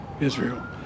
Israel